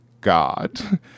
god